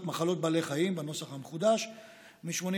מחלות בעלי חיים בנוסח המחודש מ-1985,